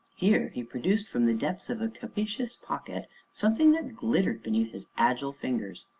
here he produced from the depths of a capacious pocket something that glittered beneath his agile fingers.